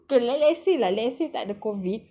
okay le~ le~ let's say let's say tak ada COVID